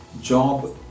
job